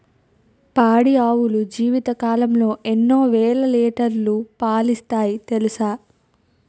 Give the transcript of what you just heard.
పాడి ఆవులు జీవితకాలంలో ఎన్నో వేల లీటర్లు పాలిస్తాయి తెలుసా